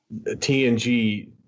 TNG